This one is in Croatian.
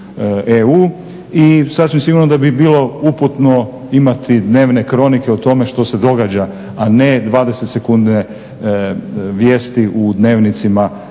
i sasvim sigurno da bi bilo uputno imati dnevne kronike o tome što se događa a ne 20 sekundi vijesti u dnevnicima.